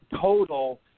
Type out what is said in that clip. total